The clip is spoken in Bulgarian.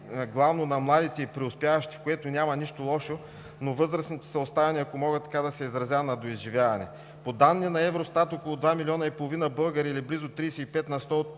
главно на младите и преуспяващите, в което няма нищо лошо, но възрастните са оставени, ако мога така да се изразя, на доизживяване. По данни на Евростат, около 2 милиона и половина българи, или близо 35 на сто от